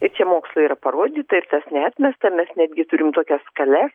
ir čia mokslo yra parodyta ir tas neatmestina mes netgi turim tokias skales